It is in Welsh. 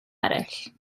eraill